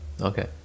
okay